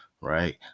right